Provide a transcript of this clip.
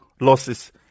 losses